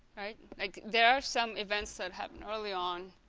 right like there are some events that happen early on